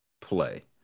Play